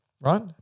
Right